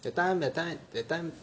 that time that time that time